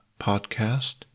podcast